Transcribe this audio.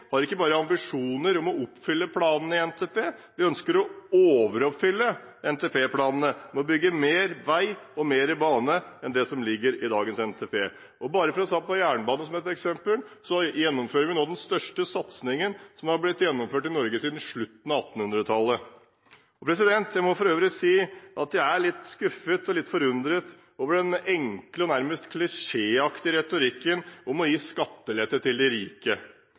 har ikke bare ambisjoner om å oppfylle planene i NTP, den ønsker å overoppfylle NTP-planene ved å bygge mer vei og mer bane enn det som ligger inne i dagens NTP. Bare for å ta jernbane som et eksempel: Der gjennomføres nå den største satsingen i Norge siden slutten av 1800-tallet. Jeg må for øvrig si at jeg er litt skuffet og litt forundret over den enkle og nærmest klisjéaktige retorikken om å gi skattelette til de rike.